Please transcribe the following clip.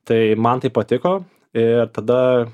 tai man tai patiko ir tada